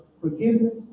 forgiveness